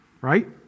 Right